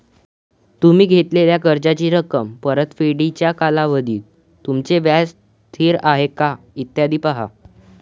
तुम्ही घेतलेल्या कर्जाची रक्कम, परतफेडीचा कालावधी, तुमचे व्याज स्थिर आहे का, इत्यादी पहा